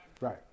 right